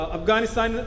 Afghanistan